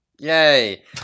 Yay